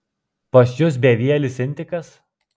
pas jus bevielis intikas